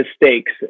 mistakes